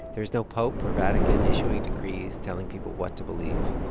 there is no pope or vatican issuing decrees, telling people what to believe.